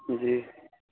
جی